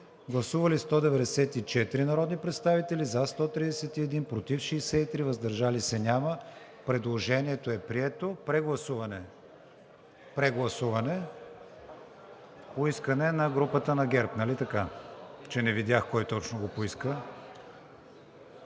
Гласували 194 народни представители: за 131, против 63, въздържали се няма. Предложението е прието. (Реплики: „Прегласуване!“) Прегласуване по искане на групата на ГЕРБ, нали така, че не видях кой точно го поиска?